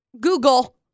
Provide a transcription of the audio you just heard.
Google